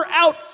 out